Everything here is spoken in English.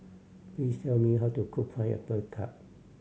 please tell me how to cook Pineapple Tart